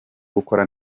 gukora